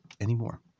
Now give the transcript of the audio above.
anymore